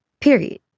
period